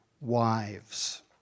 wives